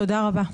תודה רבה.